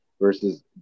versus